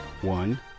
One